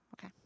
okay